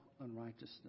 unrighteousness